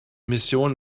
mission